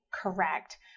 Correct